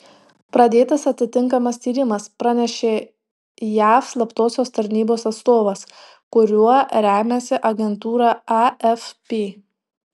pradėtas atitinkamas tyrimas pranešė jav slaptosios tarnybos atstovas kuriuo remiasi agentūra afp